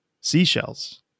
seashells